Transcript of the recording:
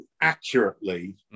accurately